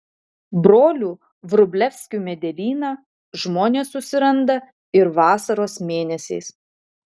brolių vrublevskių medelyną žmonės susiranda ir vasaros mėnesiais